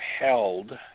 held